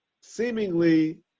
seemingly